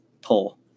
pull